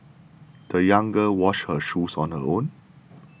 the young girl washed her shoes on her own